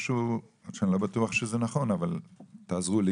אני לא בטוח שזה נכון, אבל תעזרו לי